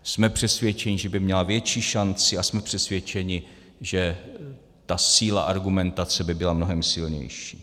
Jsme přesvědčeni, že by měla větší šanci, a jsme přesvědčeni, že ta síla argumentace by byla mnohem silnější.